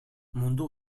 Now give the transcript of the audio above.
mundu